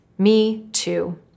MeToo